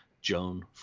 Joan